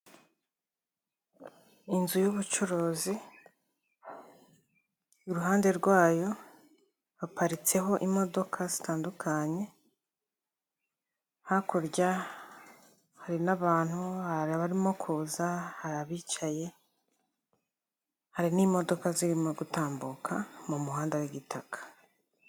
Inzu y'ubucuruzi iruhande rwayo haparitseho imodoka zitandukanye, hakurya hari n'abantu barimo kuza, hari abicaye, hari n'imodoka zirimo gutambuka mu muhanda w'igitaka.